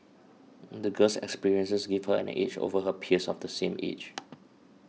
the girl's experiences gave her an edge over her peers of the same age